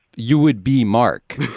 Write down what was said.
you would be mark.